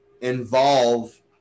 Involve